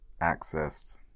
accessed